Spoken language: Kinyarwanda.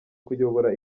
kuyobora